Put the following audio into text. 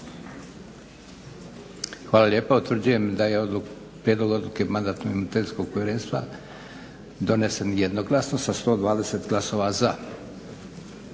Hvala lijepa. Utvrđujem da je prijedlog odluke Mandatno-imunitetnog povjerenstva donesen jednoglasno sa 120 glasova za.